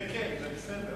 זה כן, זה בסדר.